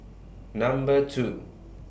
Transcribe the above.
Number two